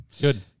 Good